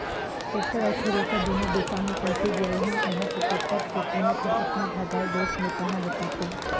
tractor अउ thresher दुनो बिसाहू कहिके गे रेहेंव उंहा तो टेक्टर के कीमत हर एतना भंगाए गइस में कहा ले पातें